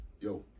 Yo